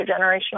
intergenerational